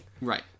Right